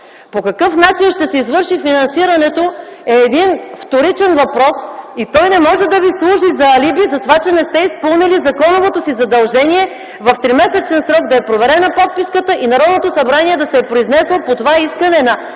По какъв начин ще се извърши финансирането е вторичен въпрос и той не може да Ви служи за алиби за това, че не сте изпълнили законовото си задължение в тримесечен срок да е проверена подписката и Народното събрание да се е произнесло по това искане на